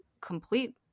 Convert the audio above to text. complete